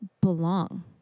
belong